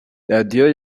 radiyo